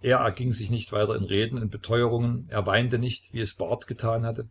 er erging sich nicht weiter in reden und beteuerungen er weinte nicht wie es barth getan hatte